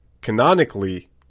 canonically